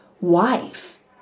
wife